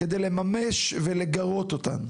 כדי לממש ולגרות אותן.